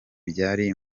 byari